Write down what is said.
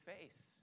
face